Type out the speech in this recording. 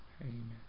Amen